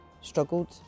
struggled